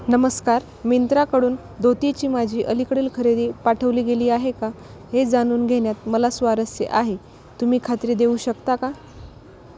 नमस्कार मिंत्राकडून धोतीची माझी अलीकडील खरेदी पाठवली गेली आहे का हे जाणून घेण्यात मला स्वारस्य आहे तुम्ही खात्री देऊ शकता का